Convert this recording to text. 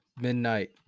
midnight